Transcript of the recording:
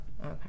Okay